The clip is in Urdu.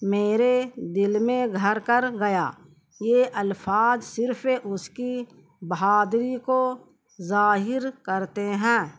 میرے دل میں گھر کر گیا یہ الفاظ صرف اس کی بہادری کو ظاہر کرتے ہیں